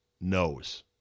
knows